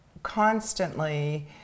constantly